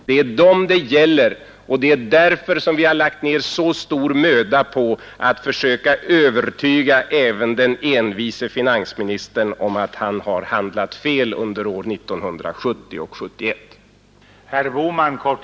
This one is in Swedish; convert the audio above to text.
Det är dem det gäller, och det är därför vi har lagt ned mycket stor möda på att försöka övertyga även den envise finansministern om att han har handlat fel under åren 1970 och 1971.